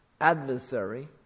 adversary